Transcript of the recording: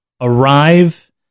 arrive